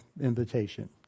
invitation